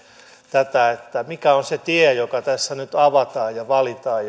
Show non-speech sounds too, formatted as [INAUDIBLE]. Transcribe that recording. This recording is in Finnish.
tätä mikä on se tie joka tässä nyt avataan ja valitaan [UNINTELLIGIBLE]